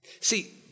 See